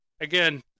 again